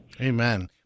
Amen